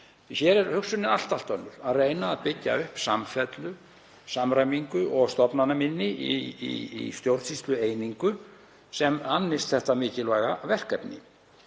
Hér er hugsunin allt önnur, að reyna að byggja upp samfellu, samræmingu og stofnanaminni í stjórnsýslueiningu sem annast þetta mikilvæga verkefni.